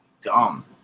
dumb